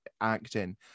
acting